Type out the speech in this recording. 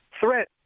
threat